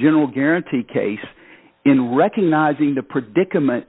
general guarantee case in recognizing the predicament